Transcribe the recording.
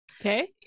Okay